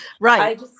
Right